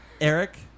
Eric